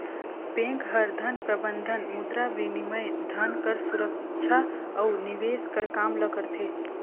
bank हर धन प्रबंधन, मुद्राबिनिमय, धन कर सुरक्छा अउ निवेस कर काम ल करथे